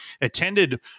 attended